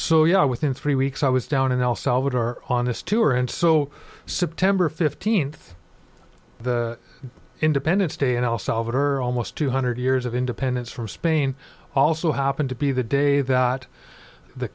so yeah within three weeks i was down in el salvador on this tour and so symptom or fifteenth the independence day in el salvador almost two hundred years of independence from spain also happened to be the day that the